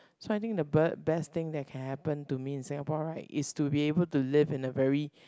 so I think the be~ best thing that can happen to me in Singapore right is to be able to live in a very